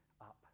up